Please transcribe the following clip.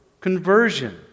conversion